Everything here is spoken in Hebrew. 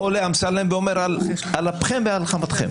עולה אמסלם ואומר על אפכם ועל חמתכם.